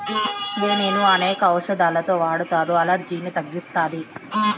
తేనెను అనేక ఔషదాలలో వాడతారు, అలర్జీలను తగ్గిస్తాది